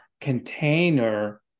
container